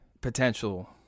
potential